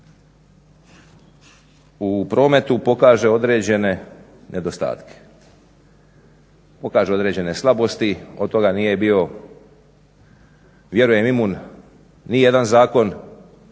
u prometu pokaže određene nedostatke, pokaže određene slabosti. Od toga nije bio vjerujem imun ni jedan zakon